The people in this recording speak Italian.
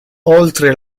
oltre